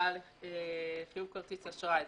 כרטיס אשראי.